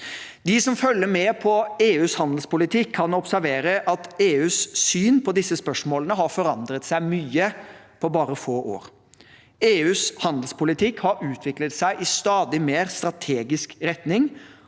De som følger med på EUs handelspolitikk, kan observere at EUs syn på disse spørsmålene har forandret seg mye på bare få år. EUs handelspolitikk har utviklet seg i stadig mer strategisk retning,